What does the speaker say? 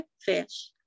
Fish